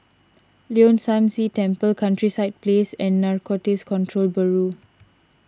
Leong San See Temple Countryside Place and Narcotics Control Bureau